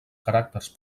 caràcters